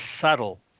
subtle